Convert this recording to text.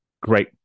great